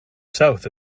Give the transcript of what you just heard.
south